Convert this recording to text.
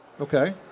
Okay